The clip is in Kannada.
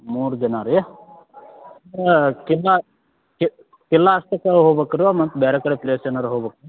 ಮೂರು ಜನ ರೀ ಕಿಲಾ ಕಿ ಕಿಲಾ ಅಷ್ಟಕ್ಕ ಹೊಬೇಕ್ ರು ಮತ್ತೆ ಬೇರೆ ಕಡೆ ಪ್ಲೇಸ್ ಏನಾದ್ರು ಹೊಬೇಕ್